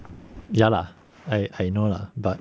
ya lah I I know lah but